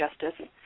justice